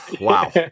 Wow